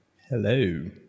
Hello